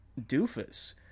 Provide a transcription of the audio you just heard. doofus